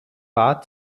war